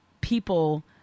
people